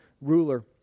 ruler